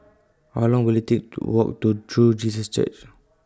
How Long Will IT Take to Walk to True Jesus Church